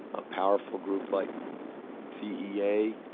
a powerful group like cea